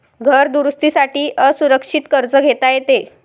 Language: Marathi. घर दुरुस्ती साठी असुरक्षित कर्ज घेता येते